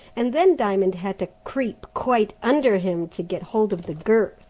and then diamond had to creep quite under him to get hold of the girth.